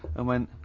and went,